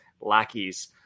lackeys